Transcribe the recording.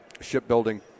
shipbuilding